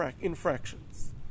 infractions